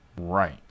Right